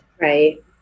Right